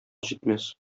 җитмәс